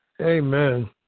Amen